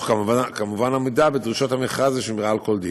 כמובן בעמידה בדרישות המכרז ושמירה על כל דין.